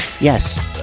yes